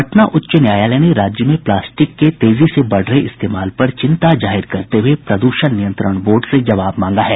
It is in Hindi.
पटना उच्च न्यायालय ने राज्य में प्लास्टिक के तेजी से बढ़ रहे इस्तेमाल पर चिंता जाहिर करते हुए प्रद्षण नियंत्रण बोर्ड से जवाब मांगा है